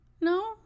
No